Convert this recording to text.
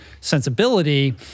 sensibility